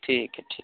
ٹھیک ہے ٹھیک